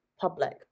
public